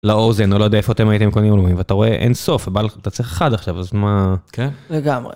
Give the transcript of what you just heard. לאוזן או לא יודע איפה אתם הייתם קונים ואתה רואה אין סוף אבל אתה צריך חד עכשיו אז מה כן לגמרי.